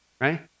right